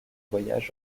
voyages